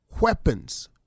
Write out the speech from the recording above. weapons